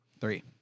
Three